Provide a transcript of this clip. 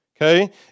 okay